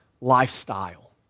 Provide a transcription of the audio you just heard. lifestyle